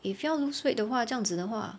if 要 lose weight 的话这样子的话